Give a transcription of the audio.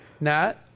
Nat